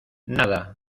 nada